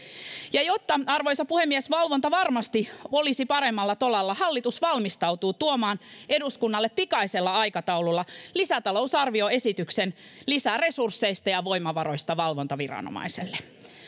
ja jotta arvoisa puhemies valvonta varmasti olisi paremmalla tolalla hallitus valmistautuu tuomaan eduskunnalle pikaisella aikataululla lisätalousarvioesityksen lisäresursseista ja voimavaroista valvontaviranomaiselle